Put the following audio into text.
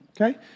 okay